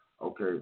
Okay